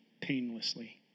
painlessly